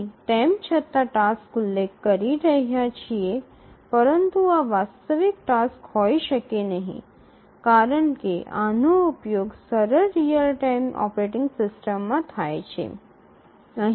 અહીં તેમ છતાં આપણે ટાસક્સ ઉલ્લેખ કરી રહ્યાં છીએ પરંતુ આ વાસ્તવિક ટાસક્સ હોઈ શકે નહીં કારણ કે આનો ઉપયોગ સરળ રીઅલ ટાઇમ ઓપરેટિંગ સિસ્ટમમાં થાય છે